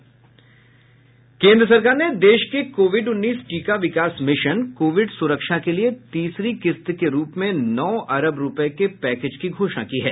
केंद्र सरकार ने देश के कोविड उन्नीस टीका विकास मिशन कोविड सुरक्षा के लिए तीसरी किश्त के रूप में नौ अरब रुपये के पैकेज की घोषणा की है